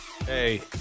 Hey